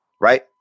right